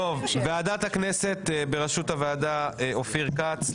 ועדת כנסת יושב-ראש אופיר כץ,